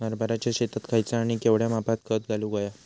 हरभराच्या शेतात खयचा आणि केवढया मापात खत घालुक व्हया?